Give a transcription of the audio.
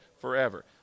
forever